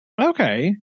Okay